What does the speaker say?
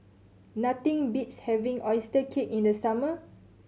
nothing beats having oyster cake in the summer